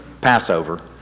Passover